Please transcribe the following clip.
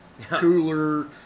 cooler